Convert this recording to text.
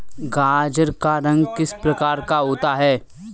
गाजर का रंग किस प्रकार का होता है?